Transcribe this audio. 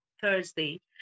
Thursday